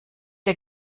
der